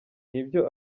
nibyo